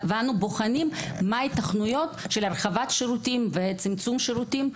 ואנו בוחנים מה ההתכנויות של הרחבת שירותים וצמצום שירותים,